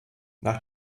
nach